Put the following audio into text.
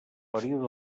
període